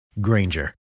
Granger